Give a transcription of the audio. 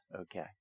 Okay